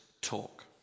talk